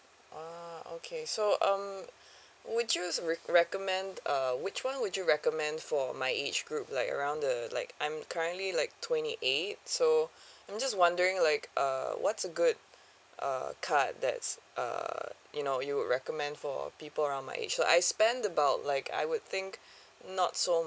ah okay so um would you re~ recommend uh which one would you recommend for my age group like around the like I'm currently like twenty eight so I'm just wondering like uh what's a good uh card that's uh you know you would recommend for people around my age lah I spend about like I would think not so